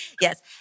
Yes